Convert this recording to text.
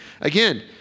Again